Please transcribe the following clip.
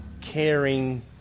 caring